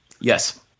yes